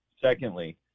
Secondly